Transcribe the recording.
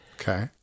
Okay